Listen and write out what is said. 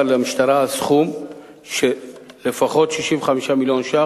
למשטרה על סכום של לפחות 65 מיליון שקל,